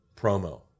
Promo